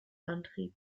antrieb